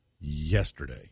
yesterday